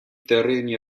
terreni